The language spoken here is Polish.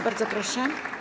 Bardzo proszę.